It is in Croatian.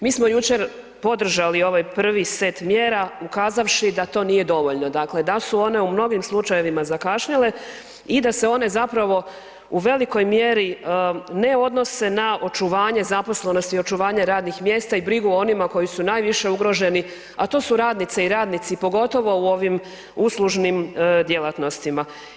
Mi smo jučer podržali ovaj prvi set mjera ukazavši da to nije dovoljno, dakle da su one u mnogim slučajevima zakašnjele i da se one zapravo u velikoj mjeri ne odnose na očuvanje zaposlenosti i očuvanje radnih mjesta i brigu o onima koji su najviše ugroženi, a to su radnice i radnici pogotovo u ovim uslužnim djelatnostima.